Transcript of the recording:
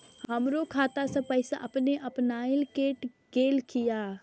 हमरो खाता से पैसा अपने अपनायल केट गेल किया?